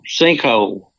sinkhole